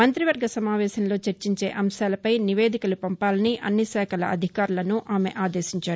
మంతివర్గ సమావేశంలో చర్చించే అంశాలపై నివేదికలు పంపాలని అన్ని శాఖల అధికారులను ఆమె ఆదేశించారు